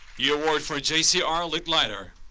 your award for j c r. licklider.